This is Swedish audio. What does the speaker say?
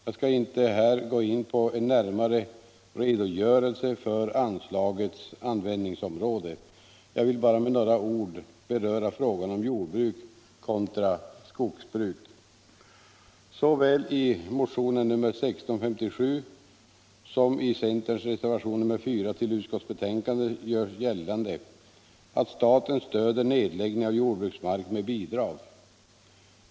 Jag skall här inte gå in på en närmare redogörelse för anslagets användningsområde. Jag vill bara med några ord beröra frågan om jordbruk kontra skogsbruk. Såväl i motionen 1657 som i centerns reservation, nr 4, vid utskottsbetänkandet görs gällande att staten stöder nedläggning av jordbruksmark med bidrag.